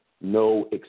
no